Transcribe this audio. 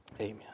Amen